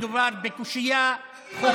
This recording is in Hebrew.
אין ספק שמדובר בקושיה חוקתית.